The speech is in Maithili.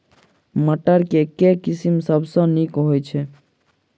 मटर केँ के किसिम सबसँ नीक होइ छै?